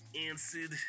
Answered